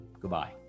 goodbye